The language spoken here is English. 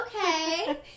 okay